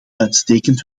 uitstekend